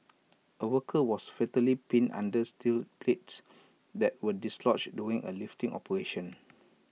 A worker was fatally pinned under steel plates that were dislodged during A lifting operation